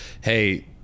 hey